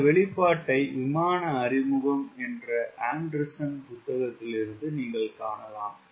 இந்த வெளிப்பாட்டை விமான அறிமுகம் என்ற ஆண்டர்சன் புத்தகத்திலிருந்து காணலாம்